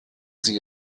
sie